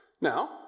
Now